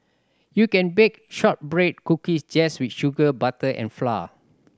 you can bake shortbread cookies just with sugar butter and flour